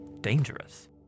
dangerous